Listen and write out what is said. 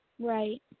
Right